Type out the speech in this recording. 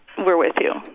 we're with you.